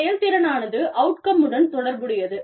செயல்திறன் ஆனது அவுட்கமுடன் தொடர்புடையது